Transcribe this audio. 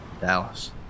Dallas